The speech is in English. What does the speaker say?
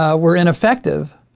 ah were ineffective.